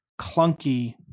clunky